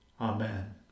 Amen